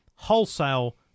wholesale